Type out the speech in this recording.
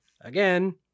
again